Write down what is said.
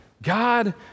God